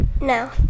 No